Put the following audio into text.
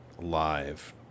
live